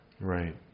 Right